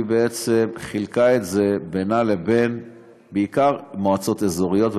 היא בעצם חילקה את זה בינה לבין מועצות אזוריות בעיקר,